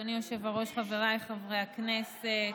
אדוני היושב-ראש, חבריי חברי הכנסת,